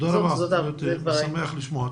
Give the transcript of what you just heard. תודה רבה, אשרת, אני שמח לשמוע.